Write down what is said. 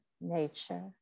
Nature